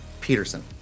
Peterson